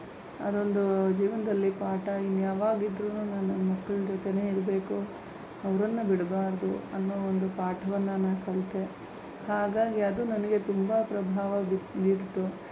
ಅದೊಂದು ಜೀವನದಲ್ಲಿ ಪಾಠ ಇನ್ನು ಯಾವಾಗಿದ್ರೂ ನಾನು ನನ್ನ ಮಕ್ಕಳ ಜೊತೆನೇ ಇರಬೇಕು ಅವ್ರನ್ನು ಬಿಡ್ಬಾರ್ದು ಅನ್ನೋ ಒಂದು ಪಾಠವನ್ನು ನಾನು ಕಲಿತೆ ಹಾಗಾಗಿ ಅದು ನನಗೆ ತುಂಬ ಪ್ರಭಾವ ಬಿ ಬೀರಿತು